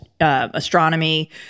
astronomy